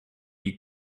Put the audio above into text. you